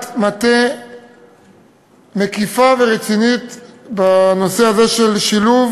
מטה מקיפה ורצינית בנושא הזה של שילוב